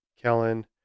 Kellen